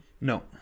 No